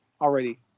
already